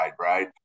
right